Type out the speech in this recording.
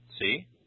See